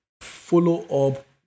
Follow-up